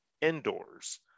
indoors